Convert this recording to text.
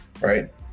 right